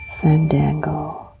Fandango